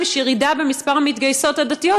תהיה ירידה במספר המתגייסות הדתיות,